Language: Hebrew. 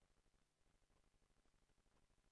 יום שלישי,